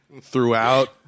throughout